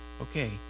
okay